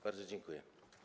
Bardzo dziękuję.